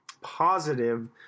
positive